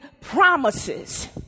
promises